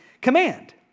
command